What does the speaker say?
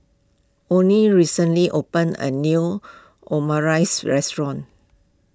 oney recently opened a new Omurice restaurant